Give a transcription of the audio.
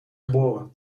geboren